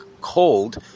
cold